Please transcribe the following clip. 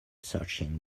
searching